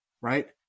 right